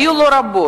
היו לו רבות,